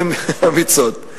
אמיציות ואמיצות.